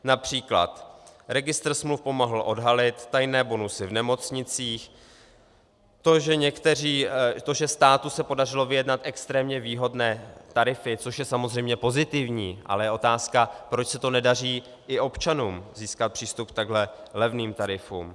Například registr smluv pomohl odhalit tajné bonusy v nemocnicích, to, že státu se podařilo vyjednat extrémně výhodné tarify, což je samozřejmě pozitivní, ale je otázka, proč se to nedaří i občanům, získat přístup k takhle levným tarifům.